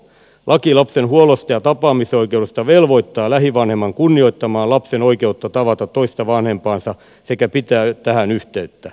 laki lapsen huollosta ja tapaamisoikeudesta velvoittaa lähivanhemman kunnioittamaan lapsen oikeutta tavata toista vanhempaansa sekä pitää tähän yhteyttä